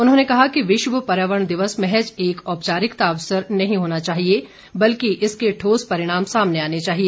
उन्होंने कहा कि विश्व पर्यावरण दिवस महज एक औपचारिक अवसर नहीं होना चाहिए बल्कि इसके ठोस परिणाम सामने आने चाहिए